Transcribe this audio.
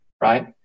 right